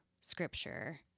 scripture